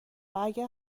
اگر